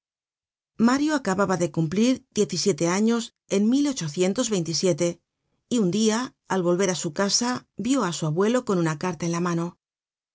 mario acababa de cumplir diez y siete años en y un dia al volver á su casa vio á su abuelo con una carta en la mano